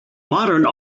modern